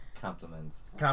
Compliments